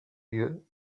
lieu